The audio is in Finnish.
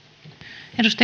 arvoisa